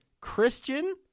Christian